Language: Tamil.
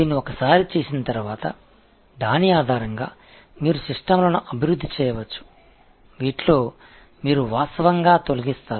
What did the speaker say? எனவே நீங்கள் இதைச் செய்தவுடன் அதன் அடிப்படையில் நீங்கள் அமைப்புகளை உருவாக்கலாம் இவை உண்மையில் அகற்றும்